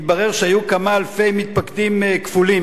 התברר שהיו כמה אלפי מתפקדים כפולים,